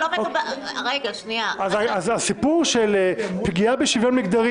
שנייה -- הסיפור של פגיעה בשוויון מגדרי